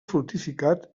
fortificat